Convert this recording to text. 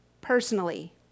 personally